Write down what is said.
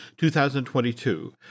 2022